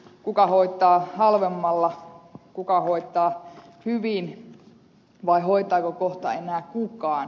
kuka hoitaa halvemmalla kuka hoitaa hyvin vai hoitaako kohta enää kukaan